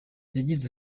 yagize